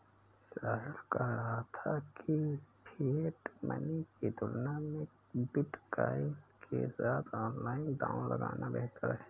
साहिल कह रहा था कि फिएट मनी की तुलना में बिटकॉइन के साथ ऑनलाइन दांव लगाना बेहतर हैं